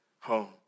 home